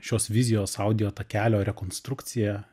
šios vizijos audiotakelio rekonstrukciją